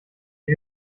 ihr